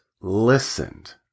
listened